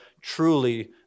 truly